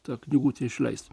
tą knygutę išleist